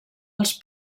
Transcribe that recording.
els